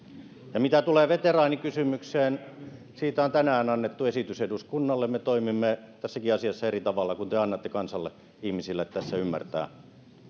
ja mitä tulee veteraanikysymykseen siitä on tänään annettu esitys eduskunnalle me toimimme tässäkin asiassa eri tavalla kuin te annatte kansalle ihmisille tässä ymmärtää